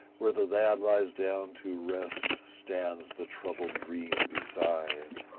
where the lad lies down to rest stands the troubled dream beside.